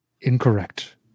incorrect